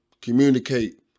communicate